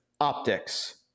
optics